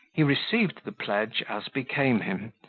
he received the pledge as became him,